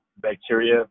bacteria